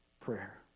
prayer